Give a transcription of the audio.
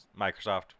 Microsoft